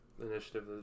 initiative